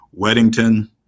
Weddington